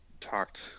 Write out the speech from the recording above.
talked